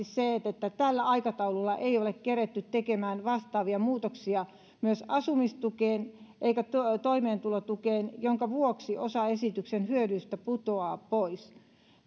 se että tällä aikataululla ei ole keretty tekemään vastaavia muutoksia asumistukeen eikä toimeentulotukeen minkä vuoksi osa esityksen hyödyistä putoaa pois